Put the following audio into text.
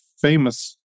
famous